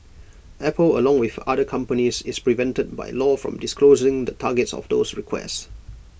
Apple along with other companies is prevented by law from disclosing the targets of those requests